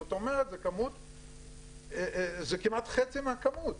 זה כמעט חצי מהכמות,